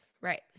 Right